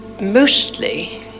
mostly